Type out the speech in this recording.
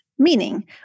meaning